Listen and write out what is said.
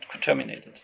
terminated